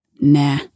Nah